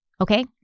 okay